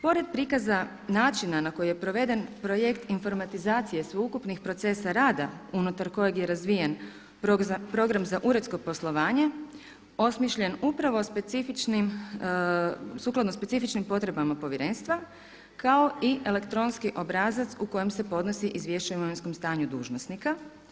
Pored prikaza načina na koji je proveden projekt informatizacije sveukupnih procesa rada unutar kojeg je razvijen Program za uredsko poslovanje, osmišljen upravo specifičnim sukladno specifičnim potrebama povjerenstva, kao i elektronski obrazac u kojem se podnosi izvješće o imovinskom stanju dužnosnika.